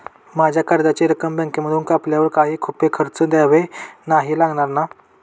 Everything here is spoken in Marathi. माझ्या कर्जाची रक्कम बँकेमधून कापल्यावर काही छुपे खर्च द्यावे नाही लागणार ना?